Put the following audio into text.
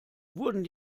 wurden